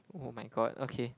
oh my god okay